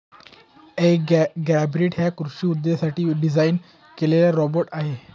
Agribot हा कृषी उद्देशांसाठी डिझाइन केलेला रोबोट आहे